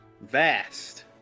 vast